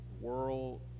world